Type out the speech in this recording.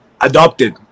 adopted